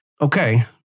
Okay